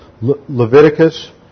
Leviticus